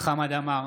חמד עמאר,